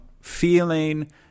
feeling